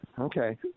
Okay